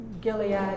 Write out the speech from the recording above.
Gilead